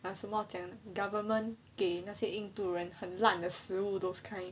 like 什么讲 government 给那些印度人很烂的食物 those kind